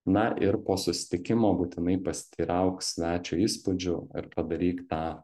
na ir po susitikimo būtinai pasiteirauk svečio įspūdžių ir padaryk tą